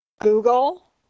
Google